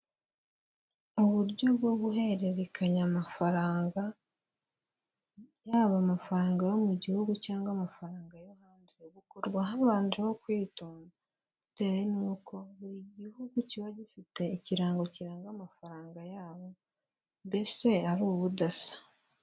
Uburyo bwo guhererekanya amafaranga yaba amafaranga yo mu gihugu cyangwa amafaranga yo hanze, bukorwa habanje kwitonda, bitewe nuko buri gihugu kiba gifite ikirango kiranga amafaranga yabo mbese ari ubudasa.